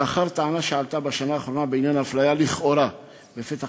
לאחר טענה שעלתה בשנה האחרונה בעניין האפליה לכאורה בפתח-תקווה,